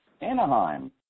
Anaheim